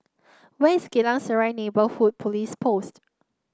where is Geylang Serai Neighbourhood Police Post